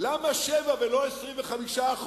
למה שבע ולא 25%,